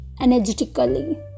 energetically